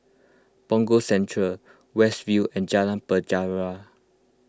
Punggol Central West View and Jalan Penjara